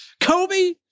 Kobe